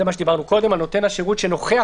זה מה שדיברנו קודם כל נותן השירות שנוכח